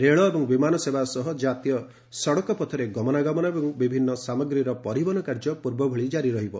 ରେଳ ଏବଂ ବିମାନ ସେବା ସହ ଜାତୀୟ ସଡ଼କ ପଥରେ ଗମନାଗମନ ଏବଂ ବିଭିନ୍ନ ସାମଗ୍ରୀର ପରିବହନ କାର୍ଯ୍ୟ ପୂର୍ବଭଳି ଜାରି ରହିବ